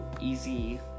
easy